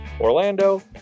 Orlando